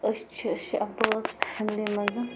أسۍ چھِ شےٚ بٲژ فیملی منٛز